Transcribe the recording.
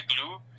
glue